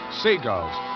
seagulls